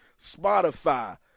Spotify